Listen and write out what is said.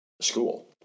school